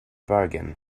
bargain